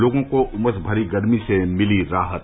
लोगों को उमस भरी गर्मी से मिली राहत